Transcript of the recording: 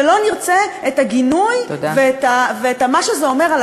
ולא נרצה את הגינוי ואת מה שזה אומר על